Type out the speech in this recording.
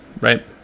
right